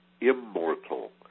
immortal